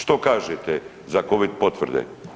Što kažete za Covid potvrde?